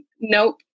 nope